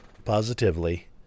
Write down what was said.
positively